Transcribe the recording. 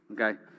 Okay